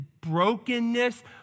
brokenness